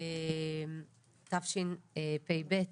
תשפ"ב,